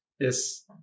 Yes